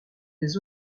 des